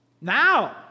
Now